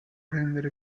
rendere